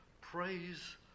praise